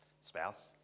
spouse